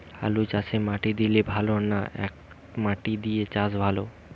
আলুচাষে মাটি দিলে ভালো না একমাটি দিয়ে চাষ ভালো?